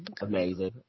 Amazing